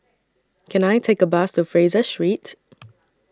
Can I Take A Bus to Fraser Street